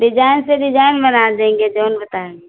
design से design बना देंगे जऊन बताएँगी